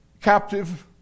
captive